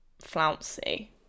flouncy